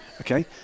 okay